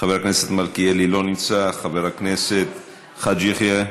לא נמצא, חבר הכנסת חאג' יחיא,